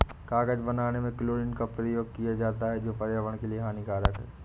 कागज बनाने में क्लोरीन का प्रयोग किया जाता है जो पर्यावरण के लिए हानिकारक है